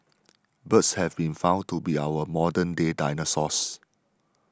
birds have been found to be our modern day dinosaurs